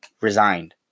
resigned